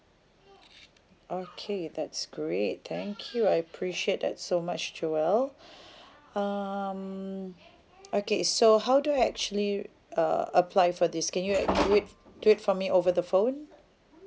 okay that's great thank you I appreciate that so much joel um okay so how do I actually uh apply for this can you do it do it for me over the phone